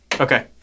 Okay